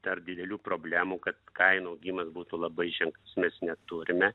per didelių problemų kad kainų augimas būtų labai ženklus mes neturime